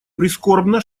прискорбно